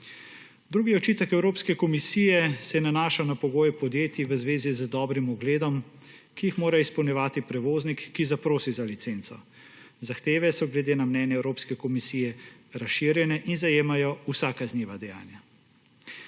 Drugi očitek Evropske komisije se nanaša na pogoj podjetij v zvezi z dobrim ugledom, ki jih mora izpolnjevati prevoznik, ki zaprosi za licenco. Zahteve so glede na mnenje Evropske komisije razširjene in zajemajo vsa kazniva dejanja.